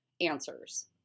answers